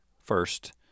first